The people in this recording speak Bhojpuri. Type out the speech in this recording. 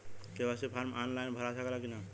के.वाइ.सी फार्म आन लाइन भरा सकला की ना?